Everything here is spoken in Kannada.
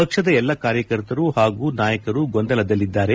ಪಕ್ಷದ ಎಲ್ಲ ಕಾರ್ಯಕರ್ತರು ಪಾಗೂ ನಾಯಕರು ಗೊಂದಲದಲ್ಲಿದ್ದಾರೆ